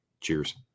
cheers